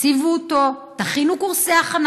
תציבו אותו, תכינו קורסי הכנה.